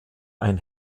ein